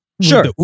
Sure